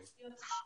קרן,